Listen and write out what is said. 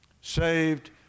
saved